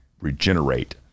regenerate